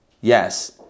Yes